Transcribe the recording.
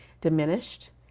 diminished